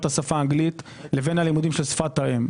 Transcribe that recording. את השפה האנגלית לבין הלימודים של שפת האם.